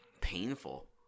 painful